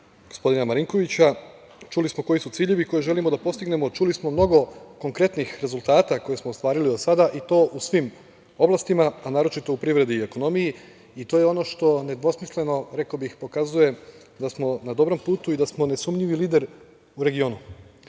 gospodina Marinkovića, čuli smo koji su ciljevi koje želimo da postignemo, čuli smo mnogo konkretnih rezultata koje smo ostvarili do sada i to u svim oblastima, a naročito uprivredi i ekonomiji i to je ono što nedvosmisleno, rekao bih, pokazuje da smo na dobrom putu i da smo nesumnjivi lider u regionu.Međutim,